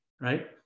right